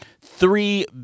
three